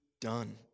done